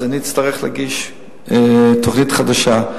אז אני אצטרך להגיש תוכנית חדשה.